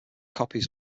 copies